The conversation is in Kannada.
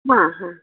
ಹಾಂ ಹಾಂ